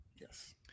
Yes